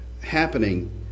happening